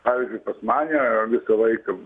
pavyzdžiui pas mane visą laiką